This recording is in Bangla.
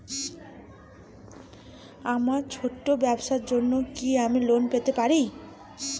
আমার ছোট্ট ব্যাবসার জন্য কি আমি লোন পেতে পারি?